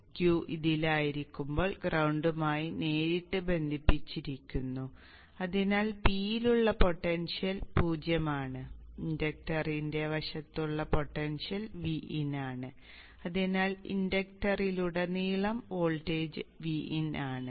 Q ഇതിലായിരിക്കുമ്പോൾ ഗ്രൌണ്ടുമായി നേരിട്ട് ബന്ധിപ്പിച്ചിരിക്കുന്നു അതിനാൽ P യിലുള്ള പൊട്ടൻഷ്യൽ 0 ആണ് ഇൻഡക്ടറിന്റെ വശത്തുള്ള പൊട്ടൻഷ്യൽ Vin ആണ് അതിനാൽ ഇൻഡക്ടറിലുടനീളം വോൾട്ടേജ് Vin ആണ്